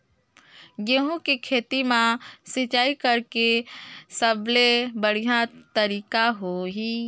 गंहू के खेती मां सिंचाई करेके सबले बढ़िया तरीका होही?